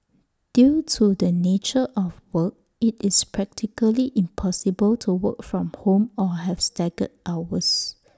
due to the nature of work IT is practically impossible to work from home or have staggered hours